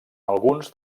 alguns